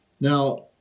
Now